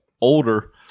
older